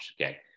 Okay